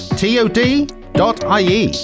tod.ie